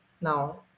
now